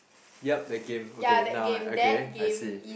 yup that game okay now okay I see